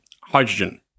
hydrogen